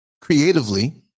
creatively